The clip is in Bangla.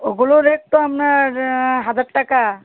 ওগুলো রেট তো আপনার হাজার টাকা